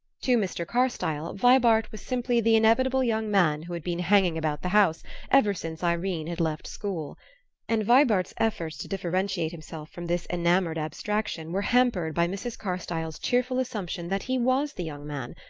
to mr. carstyle, vibart was simply the inevitable young man who had been hanging about the house ever since irene had left school and vibart's efforts to differentiate himself from this enamored abstraction were hampered by mrs. carstyle's cheerful assumption that he was the young man,